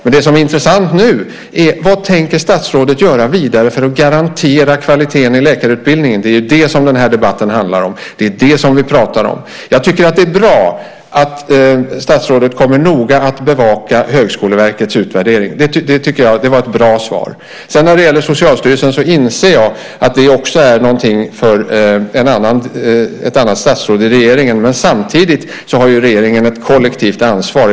Men det som är intressant nu är: Vad tänker statsrådet göra vidare för att garantera kvaliteten i läkarutbildningen? Det är ju det som den här debatten handlar om, och det är det som vi pratar om. Jag tycker att det är bra att statsrådet kommer att noga bevaka Högskoleverkets utvärdering. Det tycker jag var ett bra svar. När det gäller Socialstyrelsen inser jag att det också är någonting för ett annat statsråd i regeringen, men samtidigt har ju regeringen ett kollektivt ansvar.